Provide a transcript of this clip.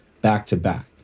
back-to-back